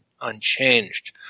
unchanged